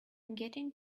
getting